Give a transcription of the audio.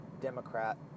Democrat